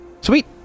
Sweet